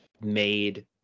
made